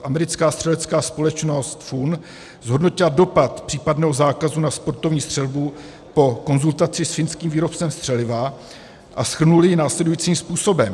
Americká střelecká společnost FUN zhodnotila dopad případného zákazu na sportovní střelbu po konzultaci s finským výrobcem střeliva a shrnuli jej následujícím způsobem: